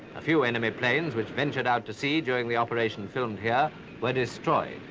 a few enemy planes which ventured out to sea during the operation filmed here were destroyed.